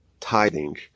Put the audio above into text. tithing